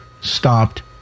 stopped